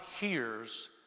hears